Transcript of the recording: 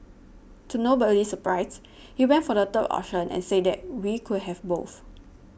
to nobody's surprise he went for the third option and said that we could have both